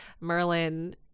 Merlin